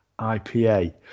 IPA